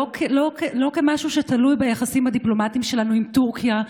לא כמשהו שתלוי ביחסים הדיפלומטיים שלנו עם טורקיה,